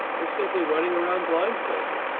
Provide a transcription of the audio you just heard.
we're simply running around blindfolded